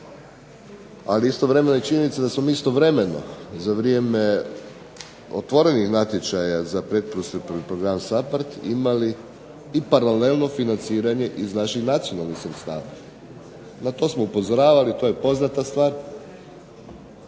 ali istovremeno je i činjenica da smo mi istovremeno za vrijeme otvorenih natječaja za pretpristupni program SAPARD imali i paralelno financiranje iz naših nacionalnih sredstava. Na to smo upozoravali, to je poznata stvar,